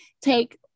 take